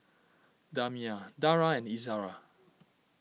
Damia Dara and Izzara